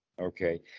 Okay